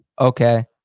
Okay